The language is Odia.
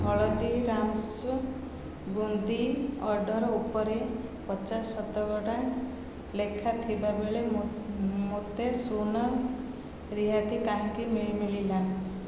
ହଳଦୀରାମ୍ସ୍ ବୁନ୍ଦି ଅର୍ଡ଼ର୍ ଉପରେ ପଚାଶ ଶତକଡ଼ା ଲେଖାଥିବାବେଳେ ମୋତେ ଶୂନ ରିହାତି କାହିଁକି ମିଳିଲା